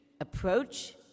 approach